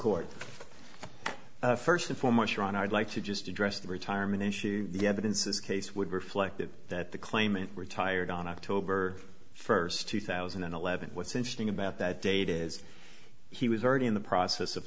court first and foremost sean i'd like to just address the retirement in the evidence this case would reflect that the claimant retired on october first two thousand and eleven what's interesting about that date is he was already in the process of